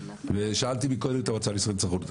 שאלתי קודם את המועצה הישראלית לצרכנות.